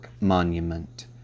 monument